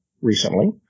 recently